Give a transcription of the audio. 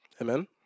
Amen